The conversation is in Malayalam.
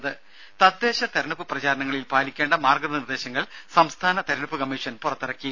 ദ്ദേ തദ്ദേശ തിരഞ്ഞെടുപ്പ് പ്രചാരണങ്ങളിൽ പാലിക്കേണ്ട മാർഗ നിർദ്ദേശങ്ങൾ സംസ്ഥാന തിരഞ്ഞെടുപ്പ് കമ്മീഷൻ പുറത്തിറക്കി